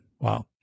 wow